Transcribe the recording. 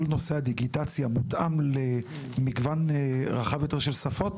כל נושא הדיגיטציה מותאם למגוון רחב יותר של שפות?